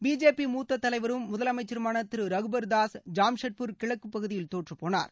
BJP மூத்த தலைவரும் முதல் அமைச்சருமான திரு ரகுபர் தாஸ் ஜாம்ஷெட்பூர் கிழக்கு பகுதியில் தோற்றப்போனார்